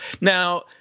Now